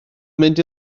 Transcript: mynd